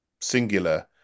singular